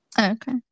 Okay